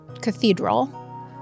cathedral